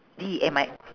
D E M I